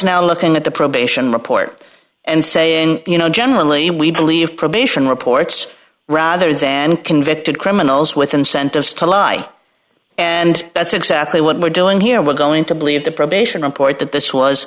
now looking at the probation report and saying you know generally we believe probation reports rather than convicted criminals with incentives to lie and that's exactly what we're doing here we're going to believe the probation report that this was